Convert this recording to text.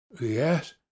yes